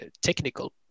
technical